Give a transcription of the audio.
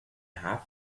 half